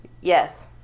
Yes